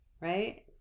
Right